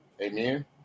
Amen